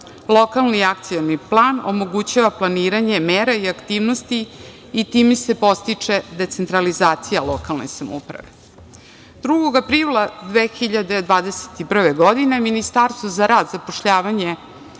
Lokalni akcioni plan omogućava planiranje mera i aktivnosti i time se podstiče decentralizacija lokalne samouprave. Drugog aprila 2021. godine Ministarstvo za rad, zapošljavanje,